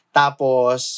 tapos